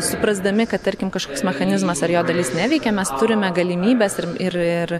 suprasdami kad tarkim kažkoks mechanizmas ar jo dalis neveikia mes turime galimybes ir ir ir